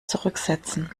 zurücksetzen